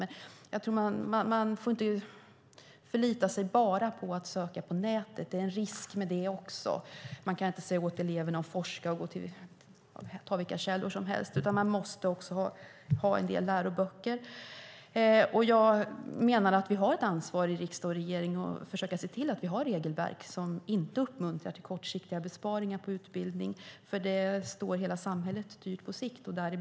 Man får inte bara förlita sig på att söka på nätet. Det är en risk även med det. Man kan inte säga åt eleverna att forska och använda vilka källor som helst, utan man måste också ha en del läroböcker. Jag menar att vi i riksdag och regering har ett ansvar att försöka se till att vi har regelverk som inte uppmuntrar till kortsiktiga besparingar på utbildning. Det står nämligen hela samhället dyrt på sikt.